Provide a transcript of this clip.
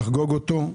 לחגוג אותו.